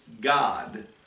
God